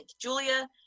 Julia